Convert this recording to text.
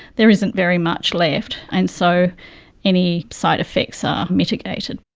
there isn't very much left. and so any side-effects are mitigated.